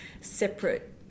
separate